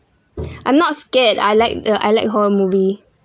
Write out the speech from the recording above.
I'm not scared I like the I like horror movie